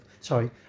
sorry